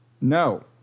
No